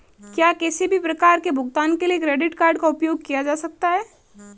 क्या किसी भी प्रकार के भुगतान के लिए क्रेडिट कार्ड का उपयोग किया जा सकता है?